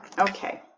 okay